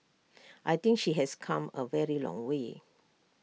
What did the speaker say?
I think she has come A very long way